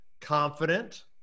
confident